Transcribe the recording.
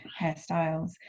hairstyles